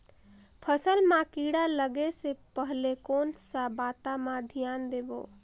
फसल मां किड़ा लगे ले पहले कोन सा बाता मां धियान देबो?